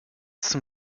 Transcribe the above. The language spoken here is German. zum